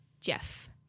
Jeff